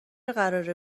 قراره